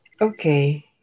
Okay